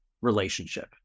relationship